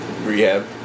rehab